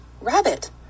rabbit